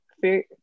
fear